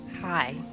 hi